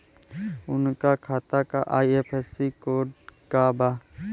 उनका खाता का आई.एफ.एस.सी कोड का बा?